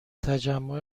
تجمع